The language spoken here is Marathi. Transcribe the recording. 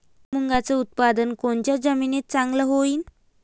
मुंगाचं उत्पादन कोनच्या जमीनीत चांगलं होईन?